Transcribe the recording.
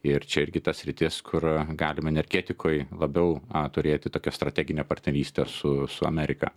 ir čia irgi ta sritis kur galim energetikoj labiau turėti tokią strateginę partnerystę su su amerika